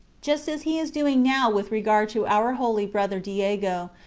just as he is doing now with regard to our holy brother diego,